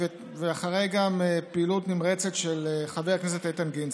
ואחריה גם פעילות נמרצת של חבר הכנסת איתן גינזבורג.